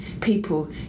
people